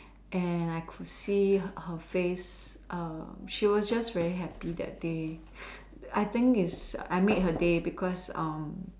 and I could see her face err she was just very happy that day I think it's I made her day because